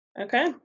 okay